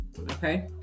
Okay